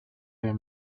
air